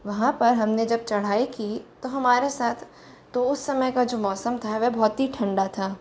वहाँ पर हमने जब चढ़ाई की तो हमारे साथ तो उस समय का जो मौसम था वह बहुत ही ठंडा था